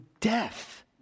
death